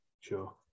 Sure